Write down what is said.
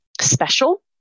special